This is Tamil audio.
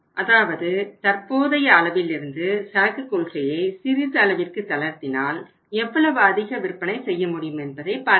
அதாவது தற்போதைய அளவிலிருந்து சரக்கு கொள்கையை சிறிது அளவிற்கு தளர்த்தினால் எவ்வளவு அதிக விற்பனை செய்ய முடியும் என்பதை பார்க்க வேண்டும்